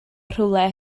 rhywle